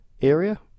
area